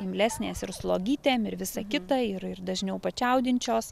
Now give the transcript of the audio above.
imlesnės ir slogytėm ir visa kita ir ir dažniau pačiaudinčios